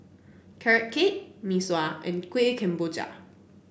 Carrot Cake Mee Sua and Kuih Kemboja